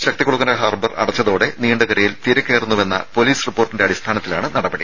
Sakthikulangara harbour അടച്ചതോടെ നീണ്ടകരയിൽ തിരക്കേറുന്നുവെന്ന പൊലീസ് റിപ്പോർട്ടിന്റെ അടിസ്ഥാനത്തിലാണ് നടപടി